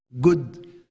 good